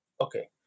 Okay